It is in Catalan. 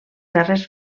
darrers